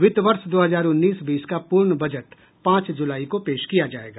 वित्त वर्ष दो हजार उन्नीस बीस का पूर्ण बजट पांच जुलाई को पेश किया जाएगा